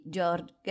George